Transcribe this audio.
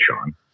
Sean